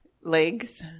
legs